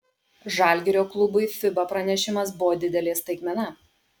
žalgirio klubui fiba pranešimas buvo didelė staigmena